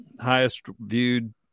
highest-viewed